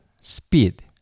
speed